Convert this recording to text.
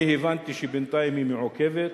אני הבנתי שבינתיים היא מעוכבת.